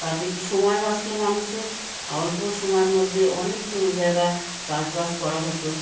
তাতে একটু সময় বাঁচলো মানুষের আর অল্প সময়ের মধ্যে অনেক জমি জায়গা চাষবাস করা হতো